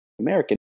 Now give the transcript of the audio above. American